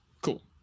Cool